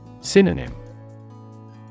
Synonym